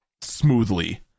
smoothly